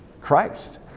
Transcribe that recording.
Christ